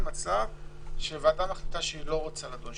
מצב בו הוועדה מחליטה שהיא לא רוצה לדון,